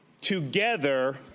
Together